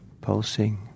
pulsing